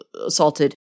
assaulted